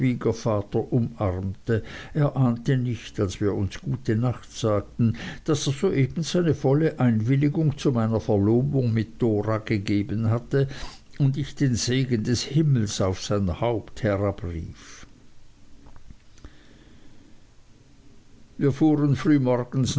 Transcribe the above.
schwiegervater umarmte er ahnte nicht als wir uns gute nacht sagten daß er soeben seine volle einwilligung zu meiner verlobung mit dora gegeben hatte und ich den segen des himmels auf sein haupt herabrief wir fuhren frühmorgens